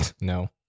No